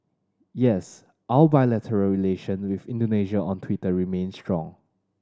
yes our bilateral relation with Indonesia on Twitter remains strong